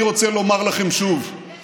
אני רוצה לומר לכם שוב,